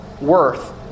worth